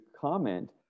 comment